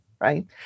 right